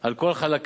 על כל חלקיו,